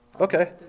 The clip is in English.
okay